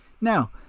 now